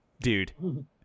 dude